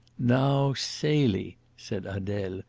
now, celie, said adele,